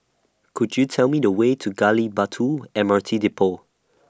Could YOU Tell Me The Way to Gali Batu M R T Depot